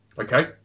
Okay